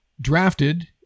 drafted